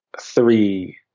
three